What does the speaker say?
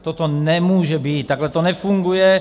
Toto nemůže být, takhle to nefunguje.